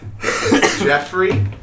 Jeffrey